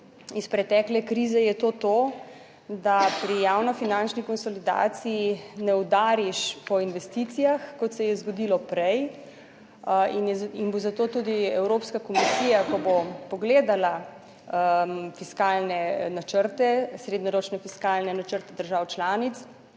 iz pretekle krize je to to, da pri javnofinančni konsolidaciji ne udariš po investicijah, kot se je zgodilo prej in bo zato tudi Evropska komisija, ko bo pogledala fiskalne načrte, srednjeročne fiskalne načrte držav članic,